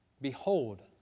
Behold